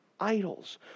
idols